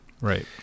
right